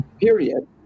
Period